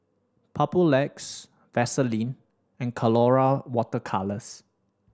Papulex Vaselin and Colora Water Colours